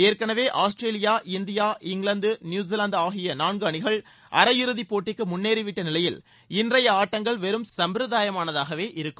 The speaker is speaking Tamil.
ஏற்கனவே ஆஸ்திரேலியா இந்தியா இங்கிலாந்து நியூஸிலாந்து ஆகிய நான்கு அணிகள் அரையிறுதிப் போட்டிக்கு முன்னேறிவிட்ட நிலையில் இன்றைய ஆட்டங்கள் வெறும் சம்பிரதாயமானதாகவே இருக்கும்